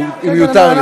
אם יותר לי,